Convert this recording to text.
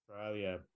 Australia